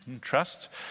trust